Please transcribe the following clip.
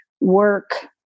work